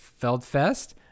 Feldfest